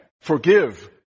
Forgive